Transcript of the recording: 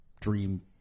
dream